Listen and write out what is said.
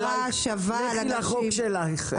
אבל לכי לחוק שלך.